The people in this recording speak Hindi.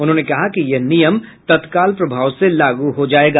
उन्होंने कहा कि यह नियम तत्काल प्रभाव से लागू हो जायेगा